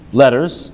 letters